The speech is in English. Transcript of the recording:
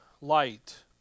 light